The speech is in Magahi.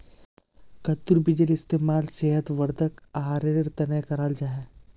कद्दुर बीजेर इस्तेमाल सेहत वर्धक आहारेर तने कराल जाहा